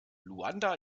luanda